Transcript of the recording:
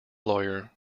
lawyer